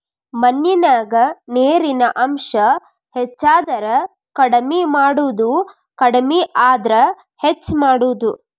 ಮಣ್ಣಿನ್ಯಾಗ ನೇರಿನ ಅಂಶ ಹೆಚಾದರ ಕಡಮಿ ಮಾಡುದು ಕಡಮಿ ಆದ್ರ ಹೆಚ್ಚ ಮಾಡುದು